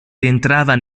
rientrava